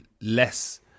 less